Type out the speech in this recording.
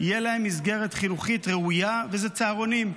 תהיה להם מסגרת חינוכית ראויה, ואלה צהרונים.